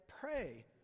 pray